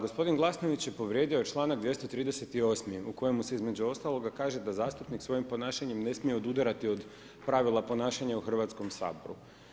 Gospodin Glasnović je povrijedio članak 238. u kojemu se između ostaloga kaže da zastupnik svojim ponašanjem ne smije odudarati od pravila ponašanja u Hrvatskom saboru.